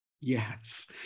Yes